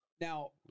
Now